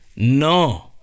No